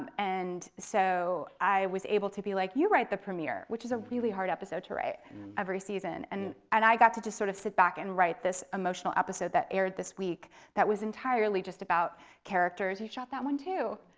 and so i was able to be like, you write the premier, which is a really hard episode to write every season. and and i got to to sort of sit back and write this emotional episode that aired this week that was entirely just about characters you shot that one too.